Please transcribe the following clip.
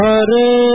Hare